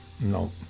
No